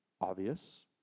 obvious